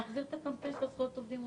נחזיר את הקמפיין של זכויות העובדים.